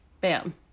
Bam